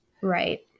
right